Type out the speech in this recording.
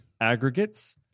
aggregates